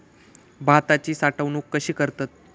भाताची साठवूनक कशी करतत?